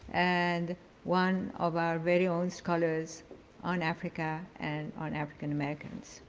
and one of our very own scholars on africa and on african americans.